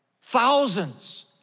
thousands